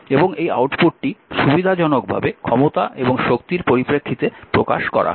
এবং এই আউটপুটটি সুবিধাজনকভাবে ক্ষমতা এবং শক্তির পরিপ্রেক্ষিতে প্রকাশ করা হয়